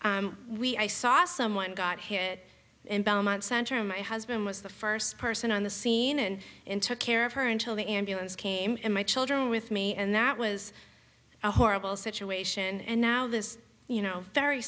opening we i saw someone got hit in belmont center my husband was the first person on the scene and in took care of her until the ambulance came and my children with me and that was a horrible situation and now this you know very